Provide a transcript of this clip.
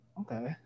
Okay